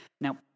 Now